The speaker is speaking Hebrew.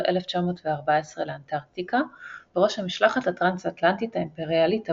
1914 לאנטארקטיקה בראש המשלחת הטראנס-אנטארקטית האימפריאלית הבריטית.